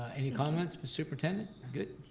any comments, but superintendent, good?